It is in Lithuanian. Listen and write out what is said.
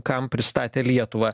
kam pristatė lietuvą